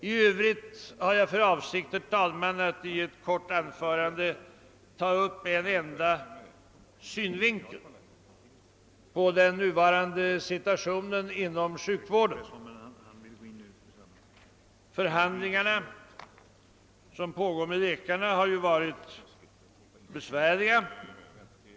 I övrigt har jag för avsikt, herr talman, att i ett kort anförande ta upp den nuvarande situationen inom sjukvården ur en enda synvinkel. De förhandlingar som pågår med läkarna har varit besvärliga.